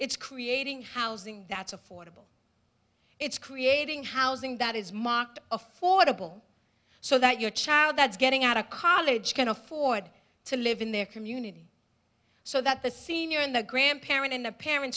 it's creating housing that's affordable it's creating housing that is mocked affordable so that your child that is getting out of college can afford to live in their community so that the senior and the grandparent and the parent